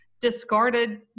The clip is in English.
discarded